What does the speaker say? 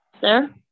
Sir